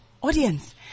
audience